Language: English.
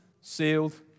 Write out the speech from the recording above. sealed